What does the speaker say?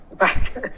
Right